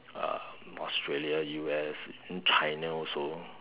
um Australia U_S then China also